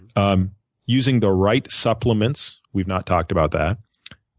um using the right supplements we've not talked about that.